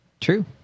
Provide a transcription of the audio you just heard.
True